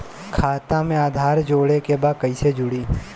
खाता में आधार जोड़े के बा कैसे जुड़ी?